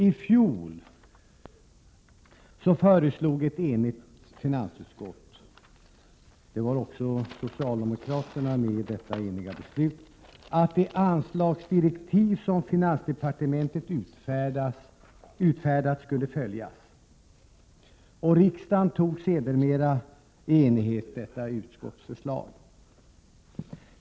I fjol föreslog ett enigt finansutskott, inkl. socialdemokraterna, att det anslagsdirektiv som finansdepartementet utfärdat skulle följas. Riksdagen fattade sedan i enighet beslut om detta utskottsförslag.